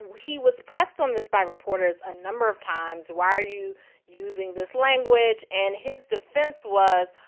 he was pressed on this by reporters a number of times why are you using this language? and his defense was,